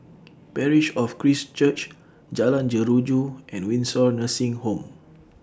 Parish of Christ Church Jalan Jeruju and Windsor Nursing Home